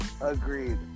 Agreed